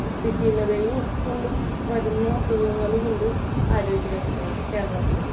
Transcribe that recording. വൃത്തിഹീനതയും കൊണ്ടും വരുന്ന അസുഖങ്ങളുമുണ്ട് ആരോഗ്യ രംഗ കേരളത്തിൽ